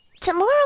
Tomorrow